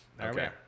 Okay